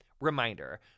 Reminder